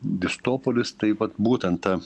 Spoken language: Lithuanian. distopolis tai vat būtent ta